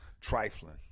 trifling